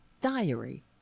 diary